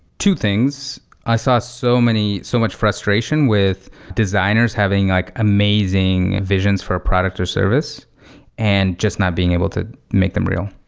two things. i saw so so much frustration with designers having like amazing visions for product or service and just not being able to make them real.